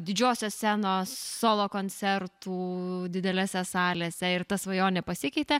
didžiosios scenos solo koncertų didelėse salėse ir ta svajonė pasikeitė